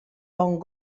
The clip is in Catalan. bon